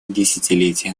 десятилетия